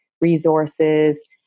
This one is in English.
resources